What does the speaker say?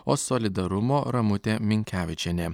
o solidarumo ramutė minkevičienė